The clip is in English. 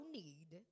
need